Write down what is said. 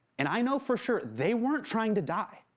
and i know for sure, they weren't trying to die.